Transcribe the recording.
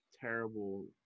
terrible